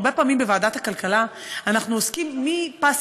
הרבה פעמים בוועדת הכלכלה אנחנו עוסקים מפס